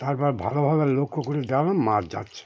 তারপর ভালোভাবে লক্ষ্য করি যেন মাছ যাচ্ছে